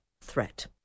Threat